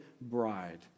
bride